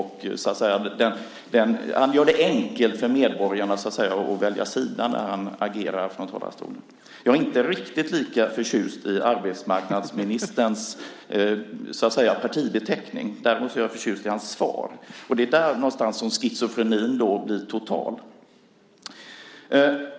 Han gör det enkelt för medborgarna att välja sida när han agerar från talarstolen. Jag är inte riktigt lika förtjust i arbetsmarknadsministerns partibeteckning. Däremot är jag förtjust i hans svar. Det är där någonstans som schizofrenin blir total.